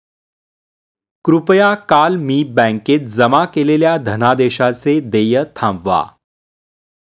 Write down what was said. कृपया काल मी बँकेत जमा केलेल्या धनादेशाचे देय थांबवा